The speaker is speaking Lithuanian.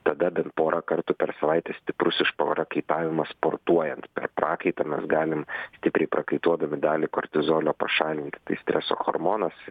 tada ben porą kartų per savaitę stiprus iš prakaitavimas sportuojant prakaitą mes galim stipriai prakaituodami dalį kortizolio pašalinti tai streso hormonas